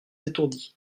étourdi